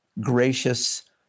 gracious